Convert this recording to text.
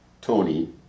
Tony